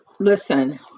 listen